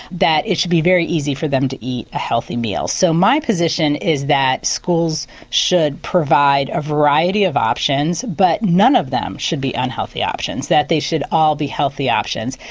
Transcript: that it should be very easy for them to eat a healthy meal. so my position is that schools should provide a variety of options but none of them should be unhealthy options that they should all be healthy options.